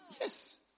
Yes